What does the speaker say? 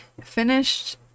finished